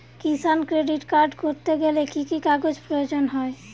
কিষান credit card করতে গেলে কি কি কাগজ প্রয়োজন হয়?